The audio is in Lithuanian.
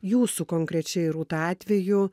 jūsų konkrečiai rūta atveju